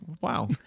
wow